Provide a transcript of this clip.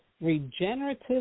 regenerative